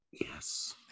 Yes